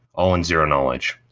all in zero knowledge.